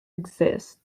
exists